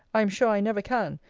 i am sure i never can,